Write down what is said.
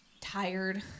tired